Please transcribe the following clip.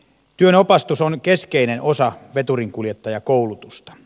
työnopastus on keskeinen osa veturinkuljettajakoulutusta